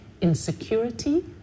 insecurity